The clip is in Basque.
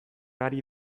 ari